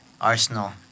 Arsenal